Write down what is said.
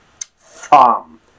thumb